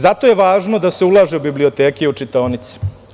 Zato je važno da se ulaže u biblioteke, u čitaonice.